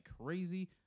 crazy